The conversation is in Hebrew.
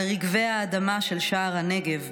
על רגבי האדמה של שער הנגב,